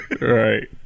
Right